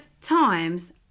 times